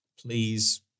Please